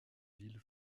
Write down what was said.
ville